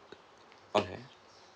okay